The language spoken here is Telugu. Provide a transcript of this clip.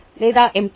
tech m